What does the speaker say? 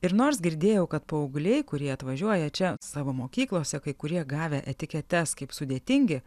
ir nors girdėjau kad paaugliai kurie atvažiuoja čia savo mokyklose kai kurie gavę etiketes kaip sudėtingi